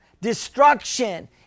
destruction